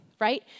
right